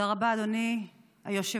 תודה רבה, אדוני היושב-ראש.